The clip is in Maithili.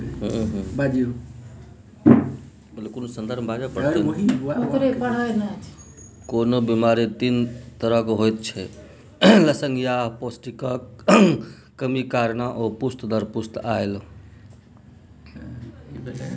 कोनो बेमारी तीन तरहक होइत छै लसेंगियाह, पौष्टिकक कमी कारणेँ आ पुस्त दर पुस्त आएल